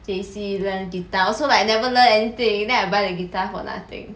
J_C learnt guitar also like never learnt anything then I buy the guitar for nothing